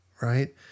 right